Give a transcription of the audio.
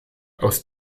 aus